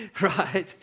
right